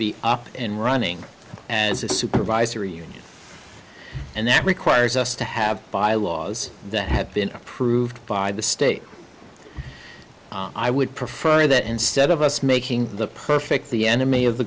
be up and running and a supervisory union and that requires us to have bylaws that have been approved by the state i would prefer that instead of us making the perfect the enemy